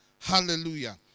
Hallelujah